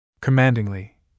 Commandingly